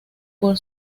por